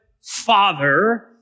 Father